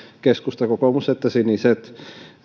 keskusta kokoomus että siniset